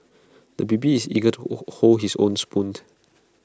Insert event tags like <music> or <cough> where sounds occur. the baby is eager to <noise> hold his own spoon